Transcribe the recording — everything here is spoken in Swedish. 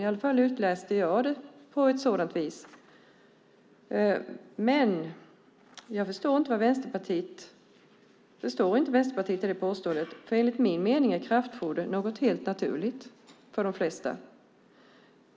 I alla fall utläser jag det på det viset. Jag förstår inte Vänsterpartiet i det påståendet. Enligt min mening är kraftfoder något helt naturligt för de flesta.